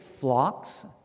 flocks